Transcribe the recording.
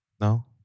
No